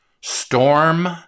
storm